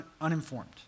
uninformed